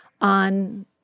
on